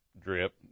drip